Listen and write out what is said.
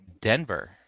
Denver